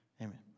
Amen